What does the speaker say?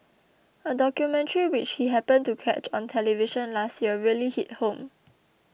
a documentary which he happened to catch on television last year really hit home